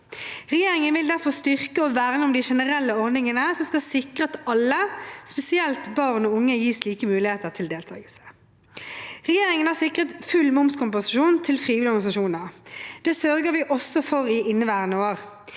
Regjeringen vil derfor styrke og verne om de generelle ordningene som skal sikre at alle, spesielt barn og unge, gis like muligheter til deltakelse. Regjeringen har sikret full momskompensasjon til frivillige organisasjoner. Det sørger vi også for i inneværende år.